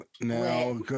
now